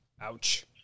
Ouch